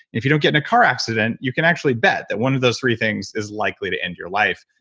if you don't get in a car accident you can actually bet that one of those three things is likely to end your life.